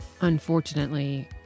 unfortunately